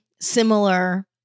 similar